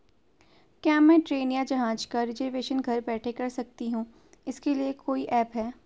क्या मैं ट्रेन या जहाज़ का रिजर्वेशन घर बैठे कर सकती हूँ इसके लिए कोई ऐप है?